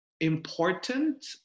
important